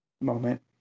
moment